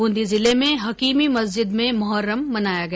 बूंदी जिले में हकीमी मस्जिद में मोहरम मनाया गया